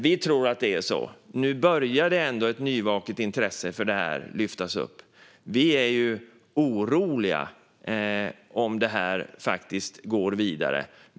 Vi tror att det är så. Nu börjar ändå ett nyvaket intresse att lyftas upp. Vi är oroliga för om frågan går vidare.